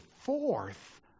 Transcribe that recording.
fourth